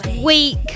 week